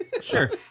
Sure